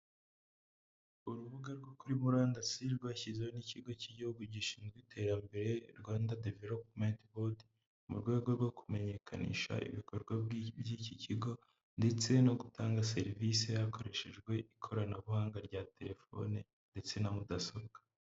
Urubuga rwo kuri murandasi rwashyizweho n'ikigo cy'igihugu gishinzwe iterambere Rwanda Development Board mu rwego rwo kumenyekanisha ibikorwa by'iki kigo ndetse no gutanga serivisi hakoreshejwe ikoranabuhanga rya telefoni ndetse na mudasobwa.